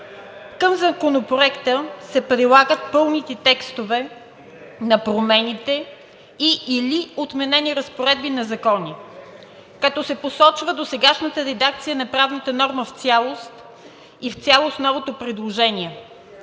„Към законопроекта се прилагат пълните текстове на променените и/или отменени разпоредби на закони, като се посочва досегашната редакция на правната норма в цялост и в цялост новото предложение.